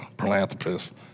philanthropist